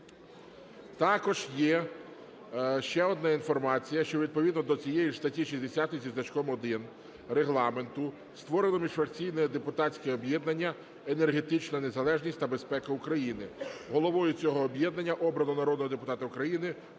Також є ще одна інформація, що відповідно до цієї ж статті 60 зі значком 1 Регламенту створено міжфракційне депутатське об'єднання "Енергетична незалежність та безпека України". Головою цього об'єднання обрано народного депутата України